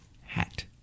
hat